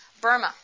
Burma